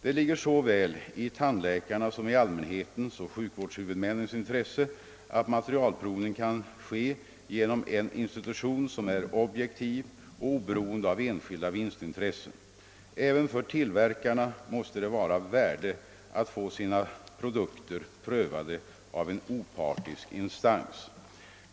Det ligger såväl i tandläkarnas som i allmänhetens och sjukvårdshuvudmännens intresse att materialprovning kan ske genom en institution som är objektiv och oberoende av enskilda vinstintressen. Även för tillverkarna måste det vara av värde att få sina produkter prövade av en opartisk instans.